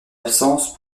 absence